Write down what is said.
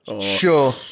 Sure